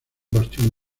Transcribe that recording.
bastión